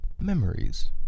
memories